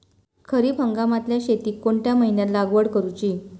खरीप हंगामातल्या शेतीक कोणत्या महिन्यात लागवड करूची?